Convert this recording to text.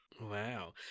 wow